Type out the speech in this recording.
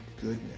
goodness